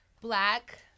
black